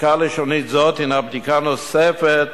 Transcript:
בדיקה לשונית זאת היא בדיקה נוספת